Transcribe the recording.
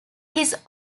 his